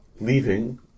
Leaving